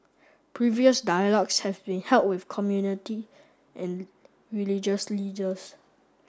previous dialogues have been held with community and religious leaders